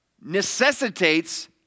necessitates